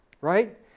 Right